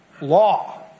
law